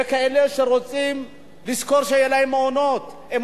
בכאלה שאין להם מעונות ורוצים לשכור.